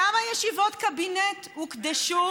כמה ישיבות קבינט הוקדשו